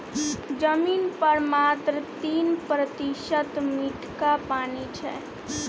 जमीन पर मात्र तीन प्रतिशत मीठका पानि छै